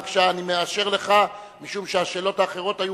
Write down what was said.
בבקשה, אני מאשר לך משום שהשאלות האחרות היו